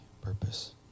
purpose